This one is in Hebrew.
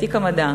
תיק המדע,